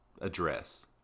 address